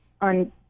on